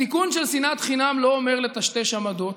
התיקון של שנאת חינם לא אומר לטשטש עמדות,